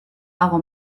hago